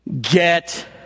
get